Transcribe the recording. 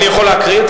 אני יכול להקריא?